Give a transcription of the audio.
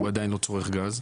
והוא עדיין לא צורך גז.